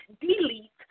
delete